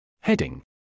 Heading